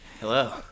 Hello